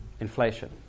inflation